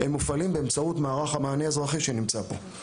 והם מופעלים באמצעות מערך המענה האזרחי שנמצא פה.